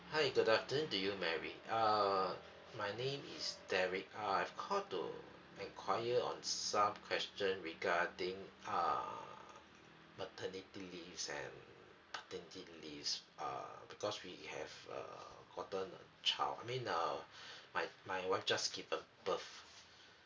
hi good afternoon to you mary uh my name is derrick uh I've called to enquire on some question regarding uh maternity leave and paternity leave uh because we have uh gotten a child I mean uh my my wife just gave a birth